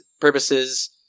purposes